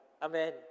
Amen